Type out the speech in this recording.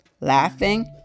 laughing